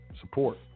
support